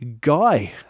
guy